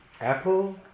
apple